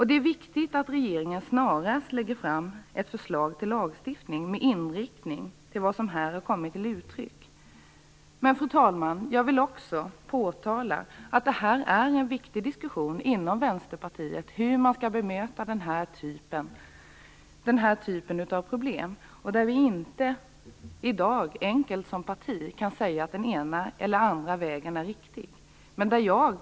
Det är viktigt att regeringen snarast lägger fram ett förslag till lagstiftning med inriktning mot vad som här kommit till uttryck. Men jag vill också påtala att det inom Vänsterpartiet pågår en viktig diskussion om hur man skall bemöta den här typen av problem. I dag kan vi som parti inte enkelt säga att den ena eller andra vägen är riktig.